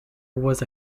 was